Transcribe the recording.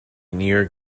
near